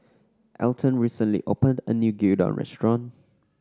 Elton recently opened a new Gyudon Restaurant